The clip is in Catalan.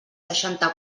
seixanta